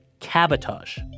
cabotage